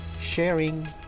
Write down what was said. sharing